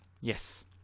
Yes